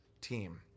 team